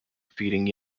feeding